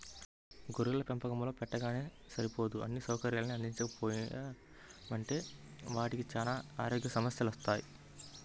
గొర్రెల పెంపకం పెట్టగానే సరిపోదు అన్నీ సౌకర్యాల్ని అందించకపోయామంటే వాటికి చానా రకాల ఆరోగ్య సమస్యెలొత్తయ్